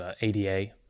ADA